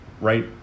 Right